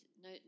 no